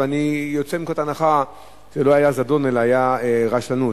ואני יוצא מנקודת הנחה שלא היה זדון אלא היתה רשלנות.